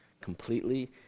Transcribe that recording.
completely